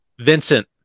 Vincent